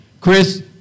Chris